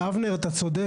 אבנר, אתה צודק.